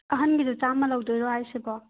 ꯑꯍꯟꯒꯤꯗꯣ ꯆꯥꯝꯃ ꯂꯩꯗꯣꯏꯔꯣ ꯍꯥꯏꯁꯤꯕꯣ